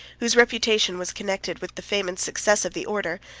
whose reputation was connected with the fame and success of the order,